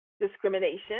discrimination